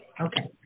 Okay